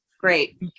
Great